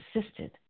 assisted